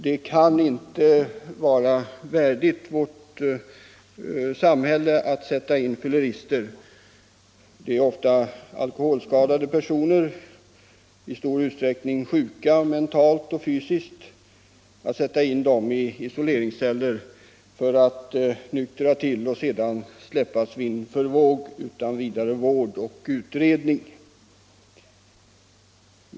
Det kan inte vara värdigt vårt samhälle att sätta in fyllerister — det är ofta alkoholskadade personer, i stor utsträckning mentalt och fysiskt sjuka —- i isoleringsceller för att nyktra till och sedan släppas vind för våg utan vidare vård och utredning.